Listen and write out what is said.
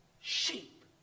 sheep